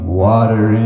water